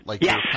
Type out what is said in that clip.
Yes